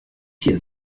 hier